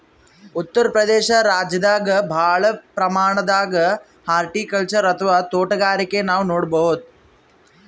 ಉತ್ತರ್ ಪ್ರದೇಶ ರಾಜ್ಯದಾಗ್ ಭಾಳ್ ಪ್ರಮಾಣದಾಗ್ ಹಾರ್ಟಿಕಲ್ಚರ್ ಅಥವಾ ತೋಟಗಾರಿಕೆ ನಾವ್ ನೋಡ್ಬಹುದ್